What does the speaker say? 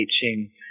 teaching –